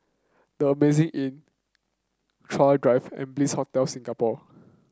The Amazing Inn Chuan Drive and Bliss Hotel Singapore